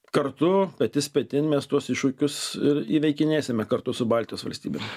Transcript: kartu petys petin mes tuos iššūkius ir įveikinėsime kartu su baltijos valstybėm